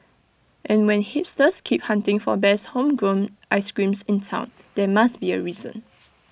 and when hipsters keep hunting for best homegrown ice creams in Town there must be A reason